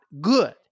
good